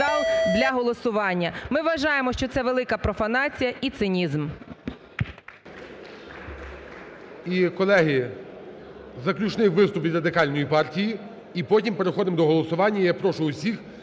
Ми вважаємо, що це велика профанація і цинізм.